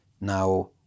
now